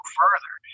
further